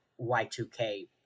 Y2K